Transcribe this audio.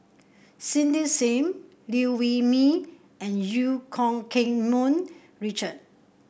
Cindy Sim Liew Wee Mee and Eu Keng Mun Richard